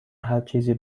هرچیزی